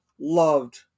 loved